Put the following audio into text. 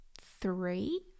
three